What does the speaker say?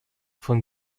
von